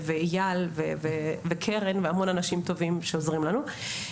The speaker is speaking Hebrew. אייל וקרן ועוד המון אנשים טובים שעוזרים לנו.